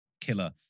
killer